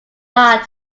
nod